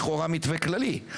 לכאורה מתווה כללי.